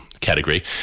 category